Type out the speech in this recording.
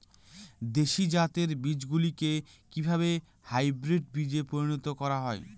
দেশি জাতের বীজগুলিকে কিভাবে হাইব্রিড বীজে পরিণত করা হয়?